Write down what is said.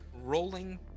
rolling